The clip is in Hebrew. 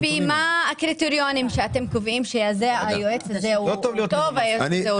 לפי איזה קריטריונים אתם קובעים שהיועץ הזה הוא טוב והיועץ הזה לא